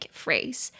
phrase